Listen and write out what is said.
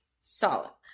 Solid